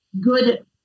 good